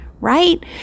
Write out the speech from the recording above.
Right